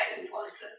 influences